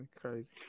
crazy